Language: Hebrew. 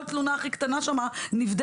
כל תלונה הכי קטנה שם נבדקת.